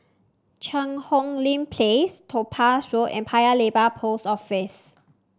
Cheang Hong Lim Place Topaz Road and Paya Lebar Post Office